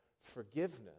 forgiveness